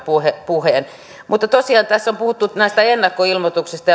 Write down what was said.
puhemies tosiaan tässä on puhuttu näistä ennakkoilmoituksista